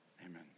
Amen